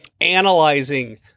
analyzing